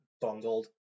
bungled